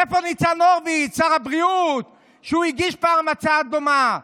איפה ניצן הורוביץ, שהגיש פעם הצעה דומה?